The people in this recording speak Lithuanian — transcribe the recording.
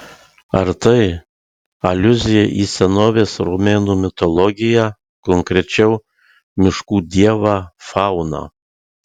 ar tai aliuzija į senovės romėnų mitologiją konkrečiau miškų dievą fauną